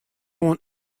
oan